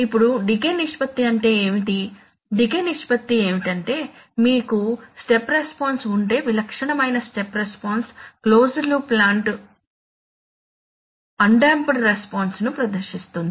ఇప్పుడు డికే నిష్పత్తి అంటే ఏమిటి డికే నిష్పత్తి ఏమిటంటే మీకు స్టెప్ రెస్పాన్స్ ఉంటే విలక్షణమైన స్టెప్ రెస్పాన్స్ క్లోజ్డ్ లూప్ ప్లాంట్లు అన్ డెంప్డ్ రెస్పాన్స్ ను ప్రదర్శితుంది